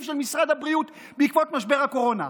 של משרד הבריאות בעקבות משבר הקורונה.